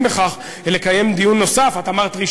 לוקח על עצמי להוציא את זה,